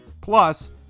Plus